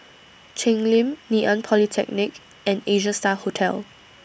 Cheng Lim Ngee Ann Polytechnic and Asia STAR Hotel